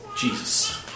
Jesus